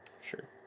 Sure